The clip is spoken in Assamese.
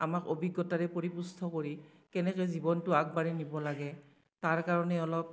আমাক অভিজ্ঞতাৰে পৰিপুষ্ট কৰি কেনেকে জীৱনটো আগবাঢ়ি নিব লাগে তাৰ কাৰণে অলপ